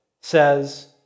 says